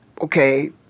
okay